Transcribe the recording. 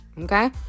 Okay